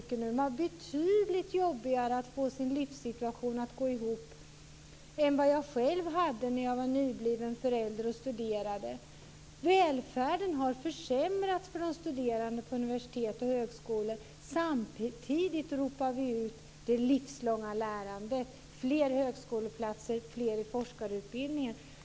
De har det betydligt jobbigare när det gäller att få livssituationen att gå ihop än jag själv hade när jag var nybliven förälder och studerade. Välfärden har försämrats för de studerande på universitet och högskolor. Men samtidigt ropar vi ut det livslånga lärandet, fler högskoleplatser och fler i forskarutbildningen.